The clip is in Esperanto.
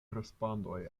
respondoj